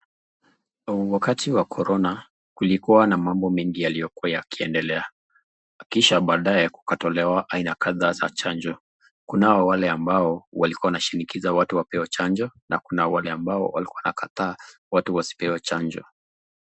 Wakati wa Corona kulikuwa na mambo mengi yaliyokuwa yakiendelea. Kisha baadaye kukatolewa aina kadhaa za chanjo. Kunao wale ambao walikuwa wanasinikiza watu wapewe chanjo na kuna wale ambao walikuwa wanakataa watu wasipewe chanjo.